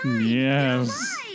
Yes